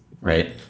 right